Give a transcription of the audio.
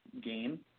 game